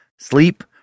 Sleep